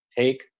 Take